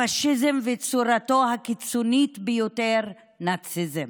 הפשיזם וצורתו הקיצונית ביותר, הנאציזם,